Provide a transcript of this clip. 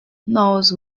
knows